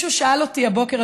מישהו שאל אותי הבוקר,